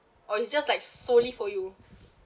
or it's just like solely for you